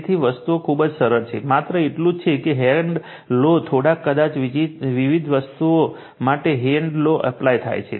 તેથી વસ્તુઓ ખૂબ જ સરળ છે માત્ર એટલું જ છે કે હેન્ડ લૉ થોડોક કદાચ વિવિધ હેતુઓ માટે હેન્ડ લૉ એપ્લાય થાય છે